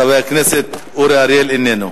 של חבר הכנסת אורי אריאל, איננו,